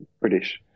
British